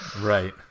right